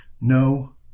No